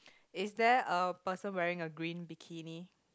is there a person wearing a green bikini